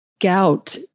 gout